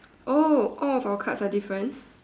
oh all of our cards are different